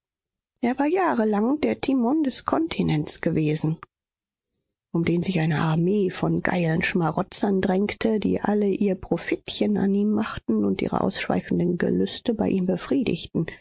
er war jahrelang der timon des kontinents gewesen um den sich eine armee von geilen schmarotzern drängte die alle ihr profitchen an ihm machten und ihre ausschweifenden gelüste bei ihm befriedigten